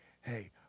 hey